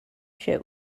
shirt